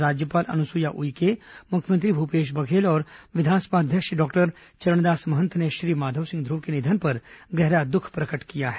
राज्यपाल अनुसुईया उइके मुख्यमंत्री भूपेश बघेल और विधानसभा अध्यक्ष डॉक्टर चरणदास महंत ने श्री माधव सिंह ध्रुव के निधन पर गहरा दुःख प्रकट किया है